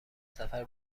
سفر